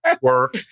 work